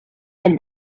elle